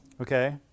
okay